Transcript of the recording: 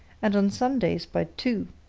and on sundays by two.